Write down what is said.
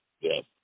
yes